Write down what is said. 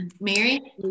Mary